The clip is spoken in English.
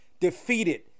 defeated